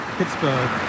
Pittsburgh